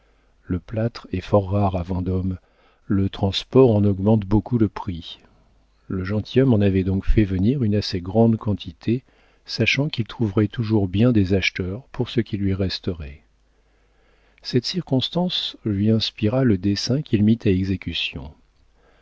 le plâtre est fort rare à vendôme le transport en augmente beaucoup le prix le gentilhomme en avait donc fait venir une assez grande quantité sachant qu'il trouverait toujours bien des acheteurs pour ce qu'il lui resterait cette circonstance lui inspira le dessein qu'il mit à exécution